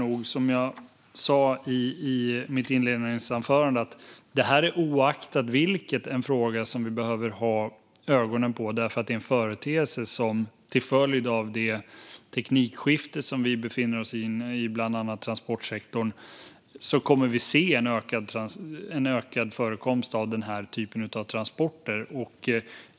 Oavsett det behöver vi ha ögonen på denna fråga, som jag sa i mitt interpellationssvar. Till följd av det teknikskifte som vi befinner oss i, bland annat i transportsektorn, kommer förekomsten av den här typen av transporter att öka.